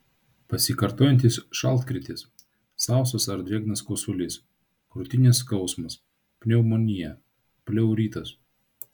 pasikartojantis šaltkrėtis sausas ar drėgnas kosulys krūtinės skausmas pneumonija pleuritas